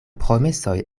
promesoj